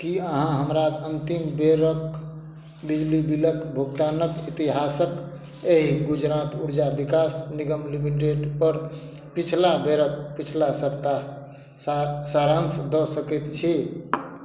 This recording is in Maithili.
की अहाँ हमरा अन्तिम बेरक बिजली बिलक भुगतानक इतिहासक एहि गुजरात उर्जा विकास निगम लिमिटेडपर पिछला बेरक पिछला सप्ताह सारांश दऽ सकैत छी